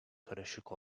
karışık